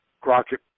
Crockett